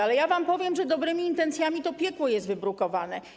Ale ja wam powiem, że dobrymi intencjami to piekło jest wybrukowane.